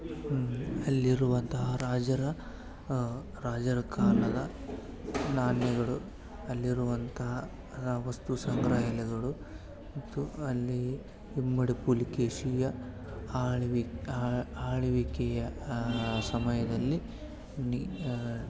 ಹ್ಞೂ ಅಲ್ಲಿರುವಂತಹ ರಾಜರ ರಾಜರ ಕಾಲದ ನಾಣ್ಯಗಳು ಅಲ್ಲಿರುವಂತಹ ರಾ ವಸ್ತು ಸಂಗ್ರಹಾಲಯಗಳು ಮತ್ತು ಅಲ್ಲಿ ಇಮ್ಮಡಿ ಪುಲಿಕೇಶಿಯ ಆಳ್ವಿ ಆಳ್ವಿಕೆಯ ಆ ಸಮಯದಲ್ಲಿ ನಿ